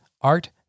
art